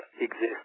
exist